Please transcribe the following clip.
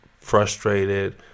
frustrated